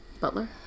Butler